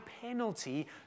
penalty